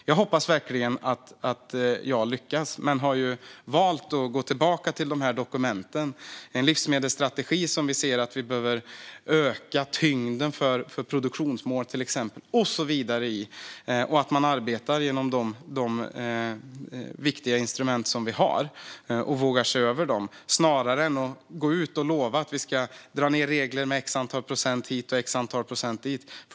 Jag hoppas verkligen att jag lyckas, men jag har valt att gå tillbaka till de här dokumenten - en livsmedelsstrategi där vi ser att vi behöver öka tyngden för produktionsmål, till exempel. Jag ser det även som att vi ska arbeta genom de viktiga instrument vi har och våga se över dem snarare än att gå ut och lova att vi ska dra ned regler med ett visst antal procent hit och eller dit.